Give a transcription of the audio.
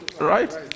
Right